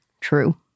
True